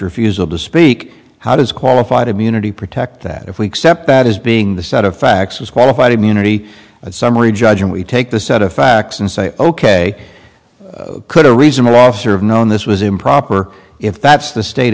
refusal to speak how does qualified immunity protect that if we accept that as being the set of facts is qualified immunity a summary judge and we take the set of facts and say ok could a reasonable officer of known this was improper if that's the state